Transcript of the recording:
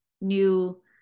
new